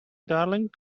darling